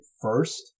first